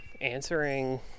answering